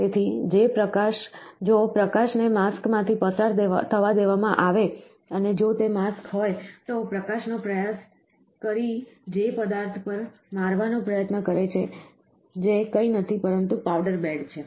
તેથી જો પ્રકાશને માસ્ક માંથી પસાર થવા દેવામાં આવે અને જો તે માસ્ક હોય તો પ્રકાશનો પ્રયાસ કરો જે પદાર્થ પર મારવાનો પ્રયત્ન કરે છે જે કંઈ નથી પરંતુ પાવડર બેડ છે